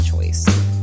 choice